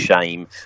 shame